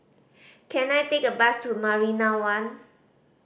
can I take a bus to Marina One